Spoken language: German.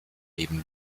leben